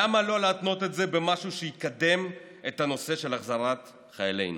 למה לא להתנות את זה במשהו שיקדם את הנושא של החזרת חיילינו?